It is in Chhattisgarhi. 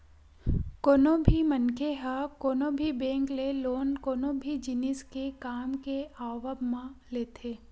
कोनो भी मनखे ह कोनो भी बेंक ले लोन कोनो भी जिनिस के काम के आवब म लेथे